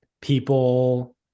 people